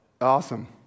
Awesome